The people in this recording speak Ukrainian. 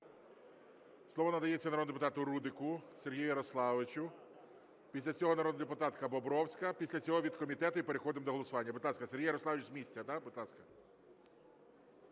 Слово надається народному депутату Рудику Сергію Ярославовичу. Після цього народна депутатка Бобровська, після цього від комітету, і переходимо до голосування. Будь ласка, Сергій Ярославович, з місця, так,